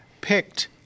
picked